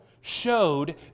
showed